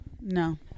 No